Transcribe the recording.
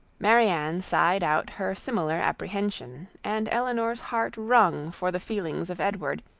marianne sighed out her similar apprehension and elinor's heart wrung for the feelings of edward,